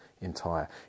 entire